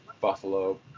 Buffalo